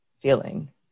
feeling